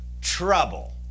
trouble